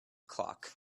clock